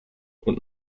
und